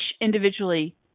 individually